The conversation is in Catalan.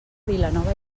vilanova